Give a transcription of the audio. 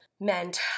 meant